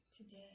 today